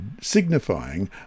signifying